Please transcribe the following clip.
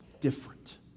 different